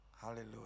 Hallelujah